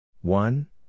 One